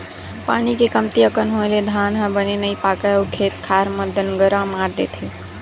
पानी के कमती अकन होए ले धान ह बने नइ पाकय अउ खेत खार म दनगरा मार देथे